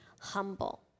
humble